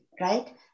right